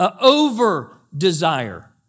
over-desire